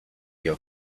your